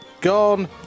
gone